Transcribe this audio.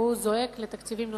והוא זועק לתקציבים נוספים.